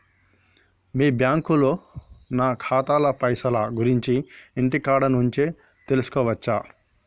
మీ బ్యాంకులో నా ఖాతాల పైసల గురించి ఇంటికాడ నుంచే తెలుసుకోవచ్చా?